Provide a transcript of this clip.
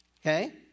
Okay